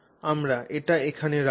আমি এটি এখানে রাখব